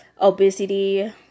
obesity